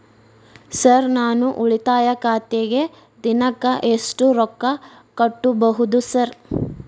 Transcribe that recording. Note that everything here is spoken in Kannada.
ಸರ್ ನಾನು ಉಳಿತಾಯ ಖಾತೆಗೆ ದಿನಕ್ಕ ಎಷ್ಟು ರೊಕ್ಕಾ ಕಟ್ಟುಬಹುದು ಸರ್?